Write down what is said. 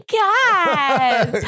god